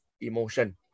emotion